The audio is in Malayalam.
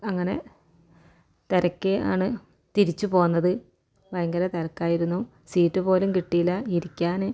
അങ്ങനെ തിരക്കി ആണ് തിരിച്ചു പോന്നത് ഭയങ്കര തിരക്കായിരുന്നു സീറ്റ് പോലും കിട്ടിയില്ല ഇരിക്കാൻ